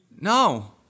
No